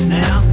now